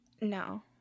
No